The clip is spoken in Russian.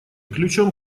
ключом